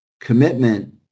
Commitment